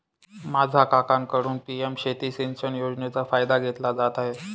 माझा काकांकडून पी.एम शेती सिंचन योजनेचा फायदा घेतला जात आहे